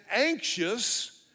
anxious